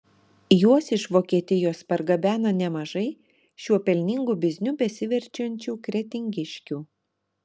juos iš vokietijos pargabena nemažai šiuo pelningu bizniu besiverčiančių kretingiškių